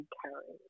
carry